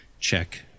Check